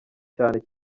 cyane